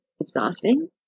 exhausting